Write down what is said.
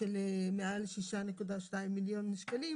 של מעל 6.2 מיליון שקלים